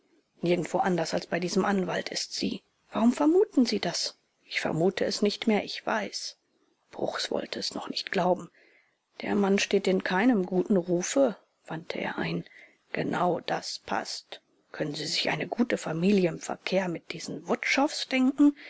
nirgendwo anders als bei diesem anwalt ist sie warum vermuten sie das ich vermute es nicht mehr ich weiß bruchs wollte es noch nicht glauben der mann steht in keinem guten rufe wandte er ein gerade das paßt können sie sich eine gute familie im verkehr mit diesen wutschows denken